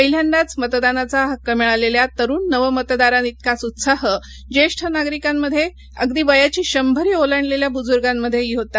पहिल्यादाच मतदानाचा हक्क मिळालेल्या तरुण नवमतदारांइतकाच उत्साह ज्येष्ठ नागरिकांमध्ये अगदी वयाची शंभरी ओलांडलेल्या बुजुर्गांमध्येही होता